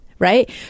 Right